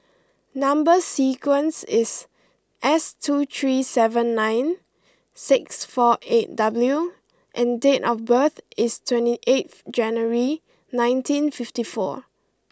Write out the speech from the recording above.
number sequence is S two three seven nine six four eight W and date of birth is twenty eighth January nineteen fifty four